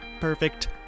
perfect